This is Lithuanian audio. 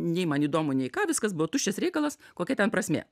nei man įdomu nei ką viskas buvo tuščias reikalas kokia ten prasmė